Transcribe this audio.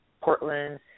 Portland